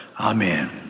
Amen